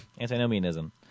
antinomianism